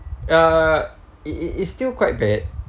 uh it it is still quite bad